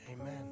Amen